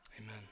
Amen